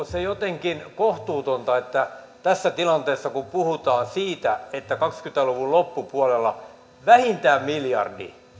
se jotenkin kohtuutonta että tässä tilanteessa puhutaan siitä että kaksikymmentä luvun loppupuolella vähintään miljardi